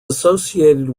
associated